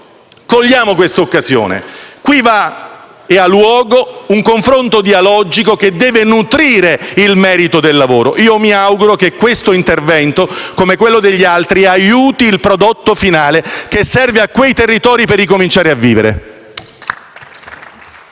cogliamo questa occasione. Qui si sta svolgendo e ha luogo un confronto dialogico che deve nutrire il merito del lavoro. Mi auguro che questo intervento, come quelli degli altri, possa aiutare il prodotto finale che serve a quei territori per ricominciare a vivere.